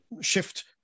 shift